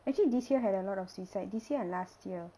actually this year had a lot of suicide this year and last year